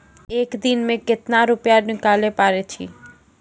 एक दिन मे केतना रुपैया निकाले पारै छी?